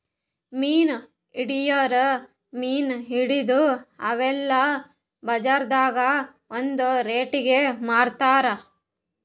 ಮೀನ್ ಹಿಡಿಯೋರ್ ಮೀನ್ ಹಿಡದು ಅವೆಲ್ಲ ಬಜಾರ್ದಾಗ್ ಒಂದ್ ರೇಟಿಗಿ ಮಾರ್ತಾರ್